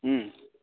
ও